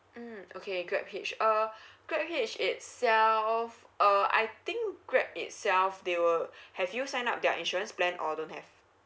mm okay grab hitch uh grab hitch itself uh I think grab itself they will have you sign up their insurance plan or don't have